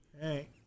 Hey